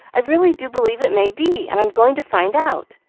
i really do believe it may be, and i'm going to find out.